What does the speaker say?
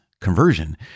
conversion